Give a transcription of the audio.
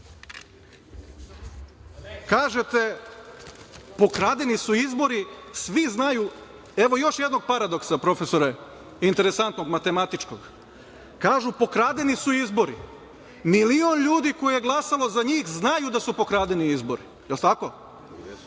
– pokradeni su izbori, svi znaju. Evo još jednog paradoksa profesore, interesantnog, matematičkog, kaže – pokradeni su izbori. Milion ljudi koji su glasali za njih znaju da su pokradeni izbori, da li je